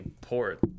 port